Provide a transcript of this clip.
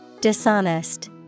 Dishonest